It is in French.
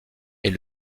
est